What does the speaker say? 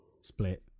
split